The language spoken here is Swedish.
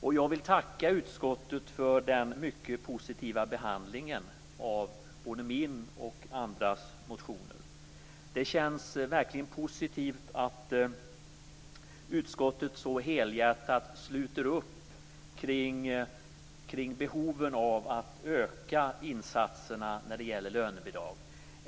Jag vill tacka utskottet för den mycket positiva behandlingen av både min och andras motioner. Det känns verkligen positivt att utskottet så helhjärtat sluter upp kring behoven av att öka insatserna när det gäller lönebidrag.